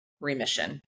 remission